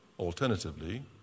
Alternatively